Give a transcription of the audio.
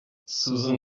susan